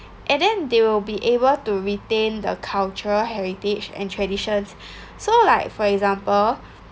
and then they will be able to retain the cultural heritage and traditions so like for example